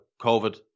COVID